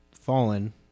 fallen